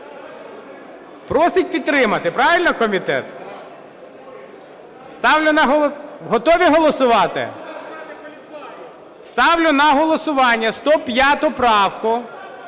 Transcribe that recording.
Просить підтримати, правильно, комітет? Готові голосувати? Ставлю на голосування 105 правку.